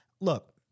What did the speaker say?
Look